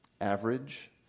Average